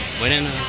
winning